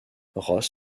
ross